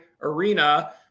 Arena –